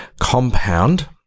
Compound